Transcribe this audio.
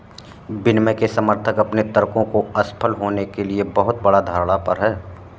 विनियमन के समर्थक अपने तर्कों को असफल होने के लिए बहुत बड़ा धारणा पर हैं